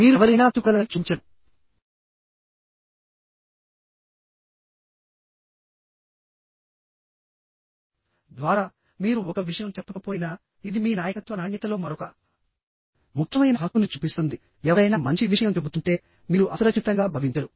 మీరు ఎవరినైనా మెచ్చుకోగలరని చూపించడం ద్వారా మీరు ఒక విషయం చెప్పకపోయినాఇది మీ నాయకత్వ నాణ్యతలో మరొక ముఖ్యమైన హక్కును చూపిస్తుందిఎవరైనా మంచి విషయం చెబుతుంటేమీరు అసురక్షితంగా భావించరు